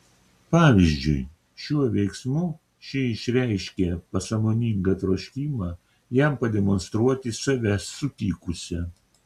pavyzdžiui šiuo veiksmu ši išreiškė pasąmoningą troškimą jam pademonstruoti save supykusią